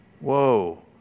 whoa